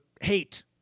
hate